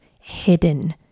hidden